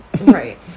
Right